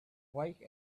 wake